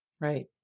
Right